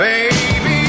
Baby